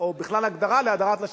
או בכלל הגדרה להדרת נשים,